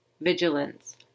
Vigilance